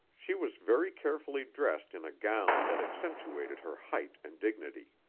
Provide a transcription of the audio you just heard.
she was very carefully dressed in a gown that accentuated her height and dignity.